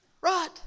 Right